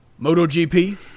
MotoGP